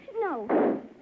No